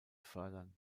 fördern